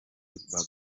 bagikundana